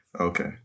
Okay